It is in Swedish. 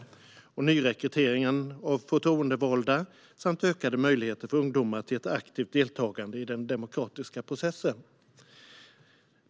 Här berörs även nyrekrytering av förtroendevalda samt ökade möjligheter för ungdomar till ett aktivt deltagande i den demokratiska processen.